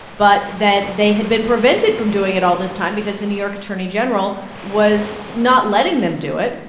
but that they had been prevented from doing it all this time because the new york attorney general was not letting them do it,